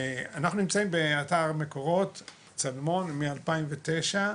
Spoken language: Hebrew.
אנחנו נמצאים באתר מקורות, צלמון, מ-2009.